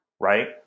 right